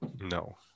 No